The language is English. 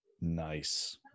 Nice